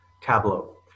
Tableau